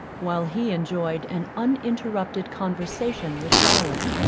while he enjoyed an uninterrupted conversation with charlotte.